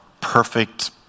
perfect